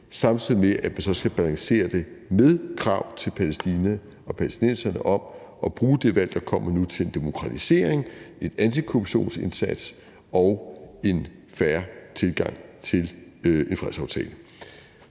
Samtidig skal man så balancere det med krav til Palæstina og palæstinenserne om at bruge det valg, der kommer nu, til en demokratisering, en antikorruptionsindsats og en fair tilgang til en fredsaftale.